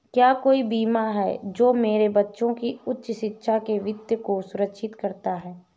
क्या कोई बीमा है जो मेरे बच्चों की उच्च शिक्षा के वित्त को सुरक्षित करता है?